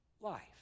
life